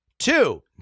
Two